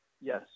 Yes